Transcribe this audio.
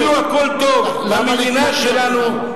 כאילו הכול טוב במדינה שלנו,